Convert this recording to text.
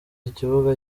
ikibuga